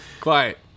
Quiet